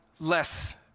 less